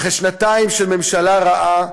אחרי שנתיים של ממשלה רעה,